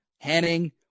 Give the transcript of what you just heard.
Henning